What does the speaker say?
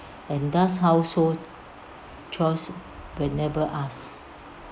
and does household chores but never ask